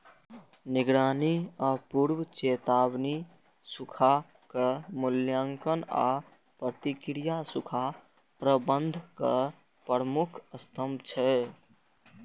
निगरानी आ पूर्व चेतावनी, सूखाक मूल्यांकन आ प्रतिक्रिया सूखा प्रबंधनक प्रमुख स्तंभ छियै